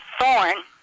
thorn